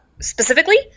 specifically